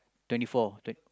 twenty four twen~